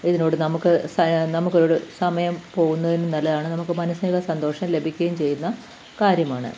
ഇതിനോടു നമുക്ക് സ നമുക്കൊരു സമയം പോകുന്നതിനും നല്ലതാണ് നമുക്ക് മാനസിക സന്തോഷം ലഭിക്കുകയും ചെയ്യുന്ന കാര്യമാണ്